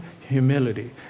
humility